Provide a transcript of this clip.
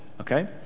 Okay